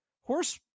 Horse